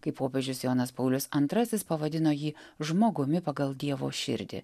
kai popiežius jonas paulius antrasis pavadino jį žmogumi pagal dievo širdį